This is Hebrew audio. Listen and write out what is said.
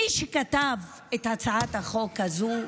מי שכתב את הצעת החוק הזאת,